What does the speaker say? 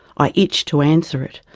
i itched to answer it,